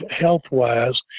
health-wise